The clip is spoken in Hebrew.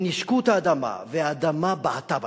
הם נישקו את האדמה והאדמה בעטה בהם.